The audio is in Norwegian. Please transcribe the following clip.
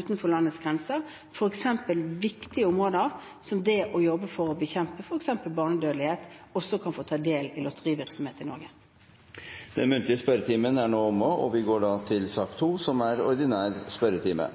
utenfor landets grenser, f.eks. et viktig område som det å jobbe for å bekjempe barnedødelighet – kan få ta del i lotterivirksomhet i Norge. Dermed er den muntlige spørretimen